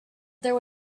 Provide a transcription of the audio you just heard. there